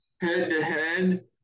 head-to-head